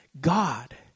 God